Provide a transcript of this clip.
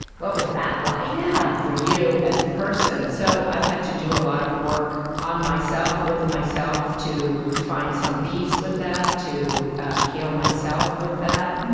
what was that like yeah for you, as a person? so i've had to do a lot of work on myself, with myself, to find some peace with that, to ah heal myself with that,